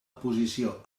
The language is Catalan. posició